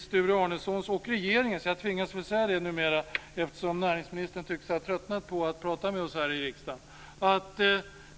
Sture Arnesson och regeringen - jag tvingas säga regeringen numera, eftersom näringsministern tycks ha tröttnat på att prata med oss här i riksdagen!